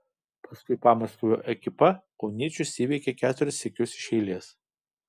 paskui pamaskvio ekipa kauniečius įveikė keturis sykius iš eilės